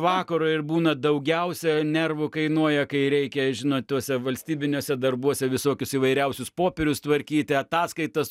vakaro ir būna daugiausia nervų kainuoja kai reikia žinot tuose valstybiniuose darbuose visokius įvairiausius popierius tvarkyti ataskaitas